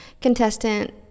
contestant